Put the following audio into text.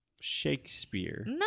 Shakespeare